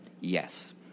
yes